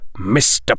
Mr